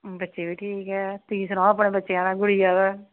ਬੱਚੇ ਵੀ ਠੀਕ ਹੈ ਤੁਸੀਂ ਸੁਣਾਓ ਆਪਣੇ ਬੱਚਿਆਂ ਦਾ ਗੁੜੀਆ ਦਾ